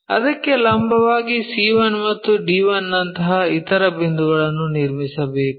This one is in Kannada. ಅದಕ್ಕೆ ಲಂಬವಾಗಿ c1 ಮತ್ತು d1 ನಂತಹ ಇತರ ಬಿಂದುಗಳನ್ನು ನಿರ್ಮಿಸಬೇಕು